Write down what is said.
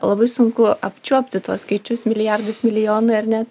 labai sunku apčiuopti tuos skaičius milijardais milijonui ar net